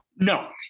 No